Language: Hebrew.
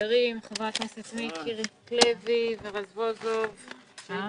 << סיום >> הישיבה ננעלה בשעה 13:43. << סיום >>